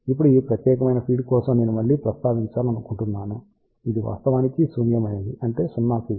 ఇప్పుడు ఈ ప్రత్యేకమైన ఫీడ్ కోసం నేను మళ్ళీ ప్రస్తావించాలనుకుంటున్నాను ఇది వాస్తవానికి శూన్యమైనది అంటే 0 ఫీల్డ్